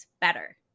better